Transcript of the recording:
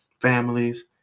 families